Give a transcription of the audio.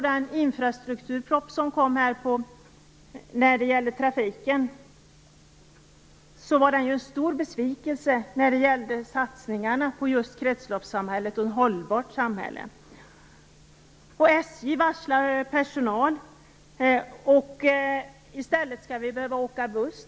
Den infrastrukturproposition som kom och som gällde trafiken var en stor besvikelse när det gällde satsningarna på just kretsloppssamhället och ett hållbart samhälle. SJ varslar personal. I stället skall vi behöva åka buss.